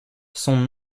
son